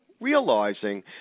realizing